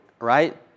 right